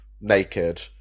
naked